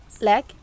leg